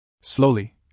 Slowly